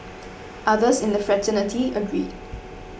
others in the fraternity agreed